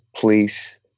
police